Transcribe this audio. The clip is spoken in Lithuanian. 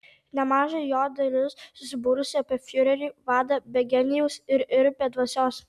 nemaža jo dalis susibūrusi apie fiurerį vadą be genijaus ir ir be dvasios